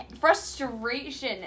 Frustration